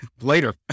later